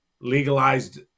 legalized